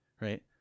right